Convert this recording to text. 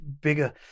bigger